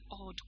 odd